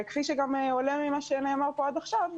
כפי שעולה ממה שנאמר פה עד עכשיו,